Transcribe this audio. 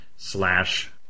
Slash